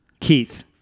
Keith